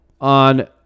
on